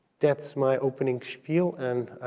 that's my opening spiel, and